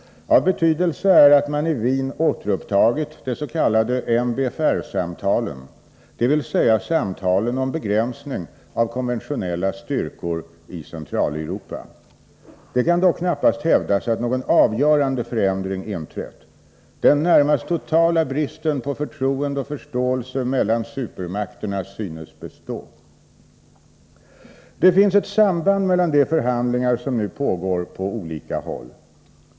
Av betydelse är att man i Wien återupptagit de s.k. MBFR-samtalen, dvs. samtalen om begränsning av konventionella styrkor i Centraleuropa. Det kan dock knappast hävdas att någon avgörande förändring inträtt. Den närmast totala bristen på förtroende och förståelse mellan supermakterna synes bestå. Det finns ett samband mellan de förhandlingar som nu pågår på olika håll.